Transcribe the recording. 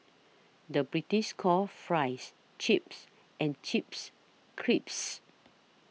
the British calls Fries Chips and Chips Crisps